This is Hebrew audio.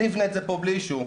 אני אבנה את זה פה בלי אישור,